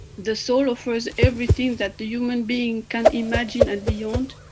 the soul offers everything that the human being can imagine and beyond.